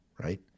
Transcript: right